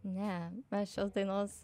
ne mes šios dainos